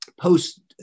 post